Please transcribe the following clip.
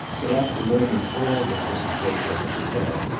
but after learning all that mrs. baker had to tell,